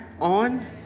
on